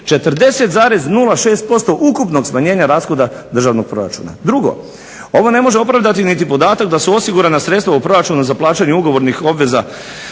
40,06% ukupnog smanjenja rashoda državnog proračuna. Drugo, ovo ne može opravdati niti podatak da su osigurana sredstva u proračunu za plaćanje ugovornih obveza